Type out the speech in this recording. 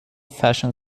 fashion